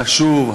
החשוב,